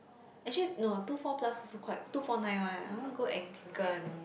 actually no two four plus also quite two four nine one ah I want go Anglican